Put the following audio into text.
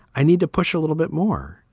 i need to push a little bit more?